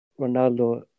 Ronaldo